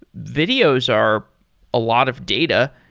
videos are a lot of data.